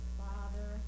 father